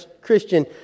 Christian